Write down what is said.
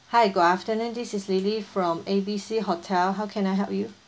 hi good afternoon this is lily from A B C hotel how can I help you